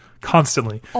constantly